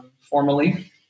formally